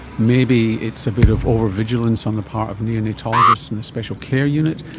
maybe it's a bit of over-vigilance on the part of neonatologists in the special care unit.